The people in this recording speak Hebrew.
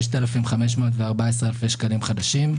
6,514 אלפי שקלים חדשים.